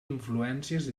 influències